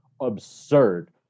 absurd